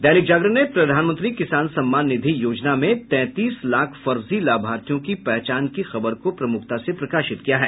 दैनिक जागरण ने प्रधानमंत्री किसान सम्मान निधि योजना में तैंतीस लाख फर्जी लाभार्थियों की पहचान की खबर को प्रमुखता से प्रकाशित किया है